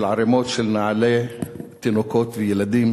של ערימות של נעלי תינוקות וילדים